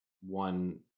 one